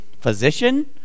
physician